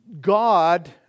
God